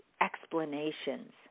explanations